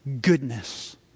goodness